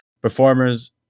performers